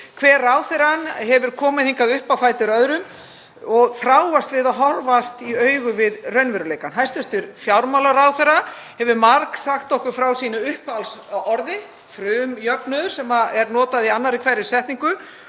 Hver ráðherrann hefur komið hingað upp á fætur öðrum og þráast við að horfast í augu við raunveruleikann. Hæstv. fjármálaráðherra hefur margsagt okkur frá sínu uppáhalds orði, frumjöfnuði, sem er notað í annarri hverri setningu